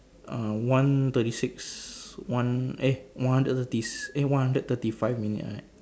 uh one thirty six one eh one hundred thirties eh one hundred thirty five minute like that